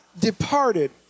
departed